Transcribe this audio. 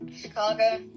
Chicago